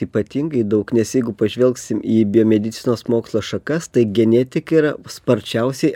ypatingai daug nes jeigu pažvelgsim į biomedicinos mokslo šakas tai genetika yra sparčiausiai